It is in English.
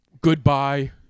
goodbye